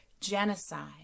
genocide